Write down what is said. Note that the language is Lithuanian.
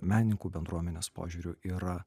menininkų bendruomenės požiūriu yra